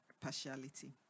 partiality